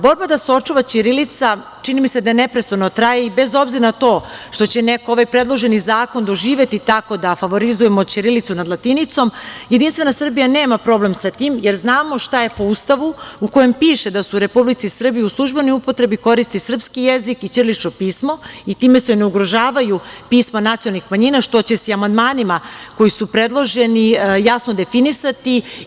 Borba da se očuva ćirilica čini mi se da neprestano traje i bez obzira na to što će neko ovaj predloženi zakon doživeti tako da favorizujemo ćirilicu nad latinicom, JS nema problem sa tim, jer znamo šta je po Ustavu, u kojem piše da se u Republici Srbiji u službenoj upotrebi koristi srpski jezik i ćirilično pismo i time se ne ugrožavaju pisma nacionalnih manjina, što će se i amandmanima koji su predloženi jasno definisati.